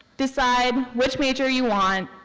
decide which major you want,